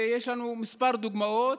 ויש לנו כמה דוגמאות.